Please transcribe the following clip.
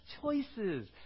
choices